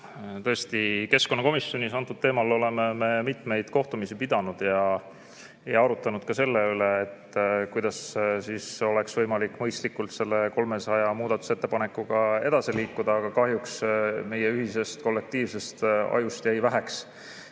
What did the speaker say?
oleme keskkonnakomisjonis sel teemal mitmeid kohtumisi pidanud ja arutlenud selle üle, kuidas oleks võimalik mõistlikult selle 300 muudatusettepanekuga edasi liikuda, aga kahjuks meie ühisest kollektiivsest ajust jäi väheks